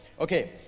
Okay